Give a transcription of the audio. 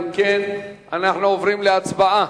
אם כן, רבותי, אנחנו עוברים להצבעה.